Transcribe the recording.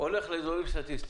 הולכת לאזורים סטטיסטיים?